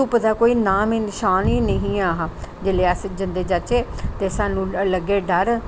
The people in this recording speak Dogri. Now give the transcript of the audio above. धुप्प दा कोई नां नशान नेई ही हा जिसलै अस जंदे जाह्चै ते स्हानू लग्गे डर